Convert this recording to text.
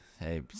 Hey